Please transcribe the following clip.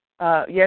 Yes